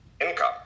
income